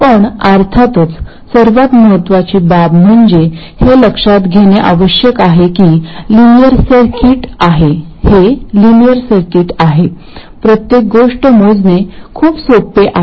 पण अर्थातच सर्वात महत्त्वाची बाब म्हणजे हे लक्षात घेणे आवश्यक आहे की हे लिनियर सर्किट आहे प्रत्येक गोष्ट मोजणे खूप सोपे आहे